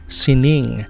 sining